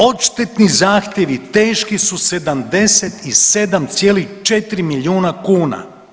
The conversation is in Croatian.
Odštetni zahtjevi teški su 77,4 milijuna kuna.